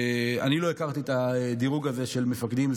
אני לא הכרתי את הדירוג הזה של 25% למפקדים.